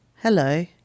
Hello